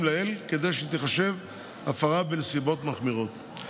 לעיל כדי שתיחשב הפרה בנסיבות מחמירות,